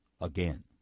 again